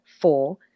four